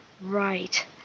Right